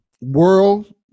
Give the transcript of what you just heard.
world